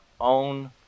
own